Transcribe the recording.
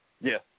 Yes